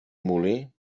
molí